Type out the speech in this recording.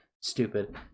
Stupid